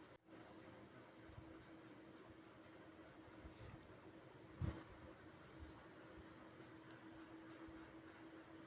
ಒಂದು ಎಕರೆ ಭತ್ತದ ಗದ್ದೆಗೆ ಎಷ್ಟು ಜಿಂಕ್